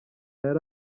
yari